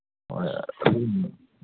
ꯍꯣꯏ ꯑꯗꯨꯝꯕ